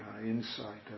insight